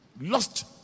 lost